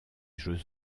jeux